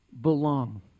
belong